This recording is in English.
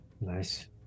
Nice